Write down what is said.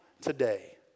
today